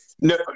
no